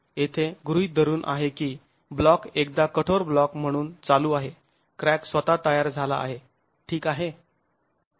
येथे गृहीत धरून आहे की ब्लॉक एकदा कठोर ब्लॉक म्हणून चालू आहे क्रॅक स्वतः तयार झाला आहे ठीक आहे